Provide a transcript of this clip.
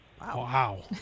Wow